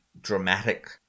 dramatic